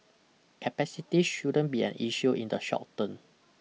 capacity shouldn't be an issue in the short term